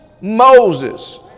Moses